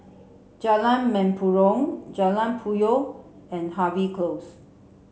Jalan Mempurong Jalan Puyoh and Harvey Close